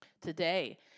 Today